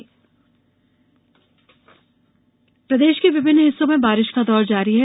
मौसम प्रदेश के विभिन्न हिस्सों में बारिश का दौर जारी है